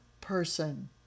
person